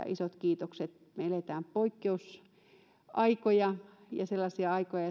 isot kiitokset me elämme poikkeusaikoja ja sellaisia aikoja